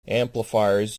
amplifiers